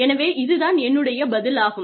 எனவே இது தான் என்னுடைய பதில் ஆகும்